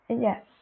yes